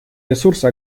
ресурсы